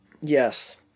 Yes